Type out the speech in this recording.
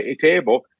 table